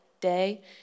day